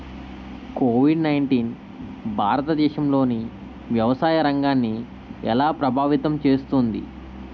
Covid nineteen భారతదేశంలోని వ్యవసాయ రంగాన్ని ఎలా ప్రభావితం చేస్తుంది?